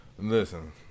Listen